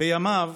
מימיו